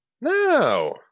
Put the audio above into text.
No